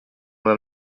una